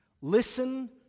Listen